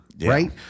Right